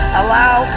allow